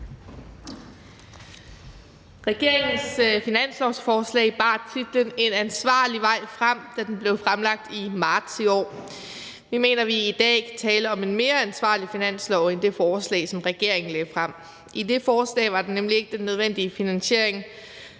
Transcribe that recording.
Regeringens finanslovsforslag bar titlen »En ansvarlig vej frem«, da det blev fremsat i marts i år. Vi mener, at vi i dag kan tale om et mere ansvarligt finanslovsforslag end det forslag, som regeringen fremsatte. I det forslag var der nemlig ikke den nødvendige finansiering